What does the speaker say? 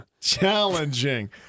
Challenging